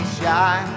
shy